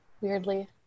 Weirdly